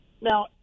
Now